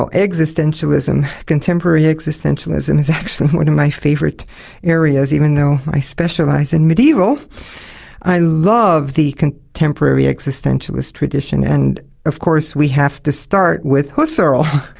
ah existentialism contemporary existentialism is actually one of my favourite areas, even though i specialise in medieval i love the contemporary existentialist tradition. and of course we have to start with husserl,